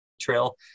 Trail